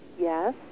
yes